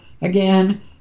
Again